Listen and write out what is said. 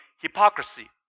hypocrisy